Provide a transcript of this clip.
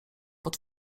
pod